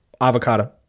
Avocado